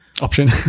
option